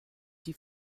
die